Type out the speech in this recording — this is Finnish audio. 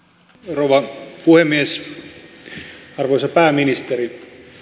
rouva puhemies arvoisa pääministeri